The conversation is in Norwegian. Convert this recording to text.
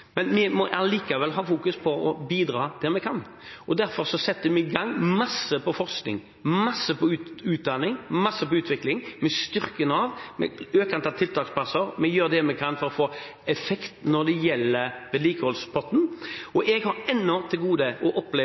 Men vi må likevel ha fokus på å bidra der vi kan, og derfor setter vi i gang masse på forskning, masse på utdanning, masse på utvikling, vi styrker Nav, vi øker antall tiltaksplasser, og vi gjør det vi kan for å få effekt når det gjelder vedlikeholdspotten. Jeg har ennå til gode å oppleve